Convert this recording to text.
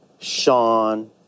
Sean